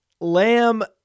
Lamb